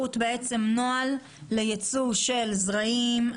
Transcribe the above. החקלאות יש נוהל לייצוא של זרעים.